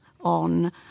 on